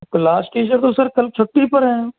class teacher तो sir कल छुट्टी पर हैं